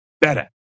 better